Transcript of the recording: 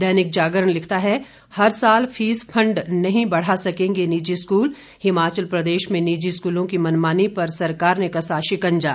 दैनिक जागरण लिखता है हर साल फीस फंड नहीं बढ़ा सकेंगे निजी स्कूल हिमाचल प्रदेश में निजी स्कूलों की मनमानी पर सरकार ने कसा शिकंजा